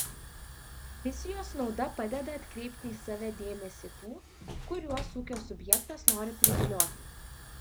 misijos nauda padeda atkreipti į save dėmesį tų kuriuos ūkio subjektas nori privilioti